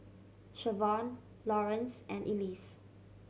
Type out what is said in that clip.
Siobhan Lawrance and Elise